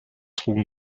trugen